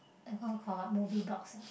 that one call what movie box